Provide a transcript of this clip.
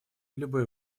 любые